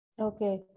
Okay